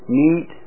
meet